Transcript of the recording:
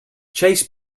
chase